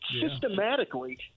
systematically